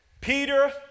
Peter